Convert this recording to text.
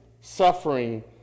suffering